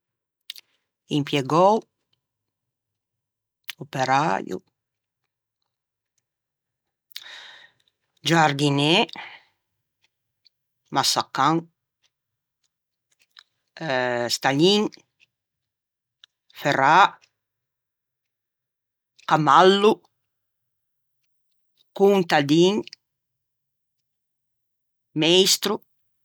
Impiegou, operäio, giardinê, massacan, stagnin, ferrâ, camallo, contadin, meistro.